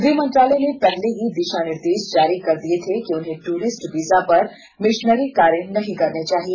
गृह मंत्रालय ने पहले ही दिशा निर्देश जारी कर दिये थे कि उन्हें ट्ररिस्ट वीजा पर मिशनरी कार्य नहीं करने चाहिए